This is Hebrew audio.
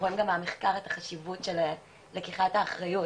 חייבת להיות לקיחת אחריות